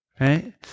Right